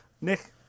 Nick